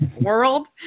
world